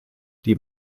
die